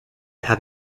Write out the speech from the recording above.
have